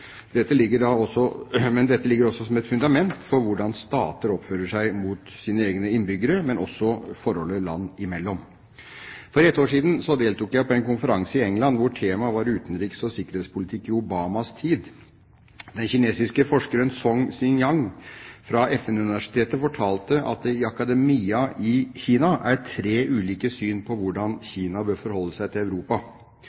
Dette ligger også som et fundament for hvordan stater oppfører seg mot sine egne innbyggere, men også for forholdet land imellom. For et år siden deltok jeg på en konferanse i England, hvor temaet var utenriks- og sikkerhetspolitikk i Obamas tid. Den kinesiske forskeren Song Xinning fra FN-universitetet fortalte at det i akademia i Kina er tre ulike syn på hvordan